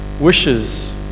wishes